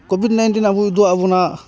covid nineteen ᱟᱵᱚᱭ ᱩᱫᱩᱜ ᱟᱜ ᱵᱚᱱᱟ